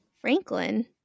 Franklin